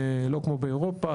לא כמו באירופה,